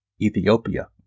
Ethiopia